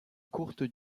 courte